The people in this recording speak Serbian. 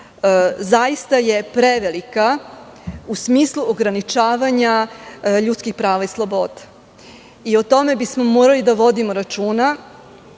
zaista prevelika, u smislu ograničavanja ljudskih prava i sloboda. O tome bismo morali da vodimo računa,